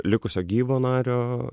likusio gyvo nario